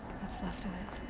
what's left of it.